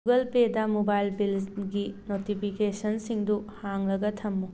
Google ꯄꯦꯗ mobile ꯕꯤꯜꯁꯒꯤ ꯅꯣꯇꯤꯐꯤꯀꯦꯁꯟꯁꯤꯡꯗꯨ ꯍꯥꯡꯂꯒ ꯊꯝꯃꯨ